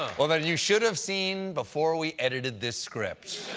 well then you should have seen before we edit this script.